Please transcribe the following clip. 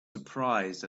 surprised